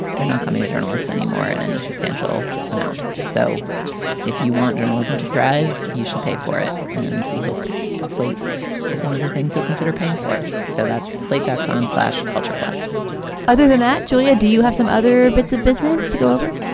they're not coming to journalists anymore in any substantial amount. so if you want journalism to thrive, you should pay for it. and we hope that slate is one of the things you'll consider paying for. so that's slate dot com slash culture plus other than that, julia. do you have some other bits of business to go over?